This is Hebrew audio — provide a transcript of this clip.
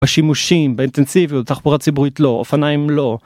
בשימושים, באינטנסיביות, תחבורה ציבורית לא, אופניים לא.